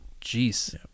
Jeez